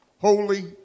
holy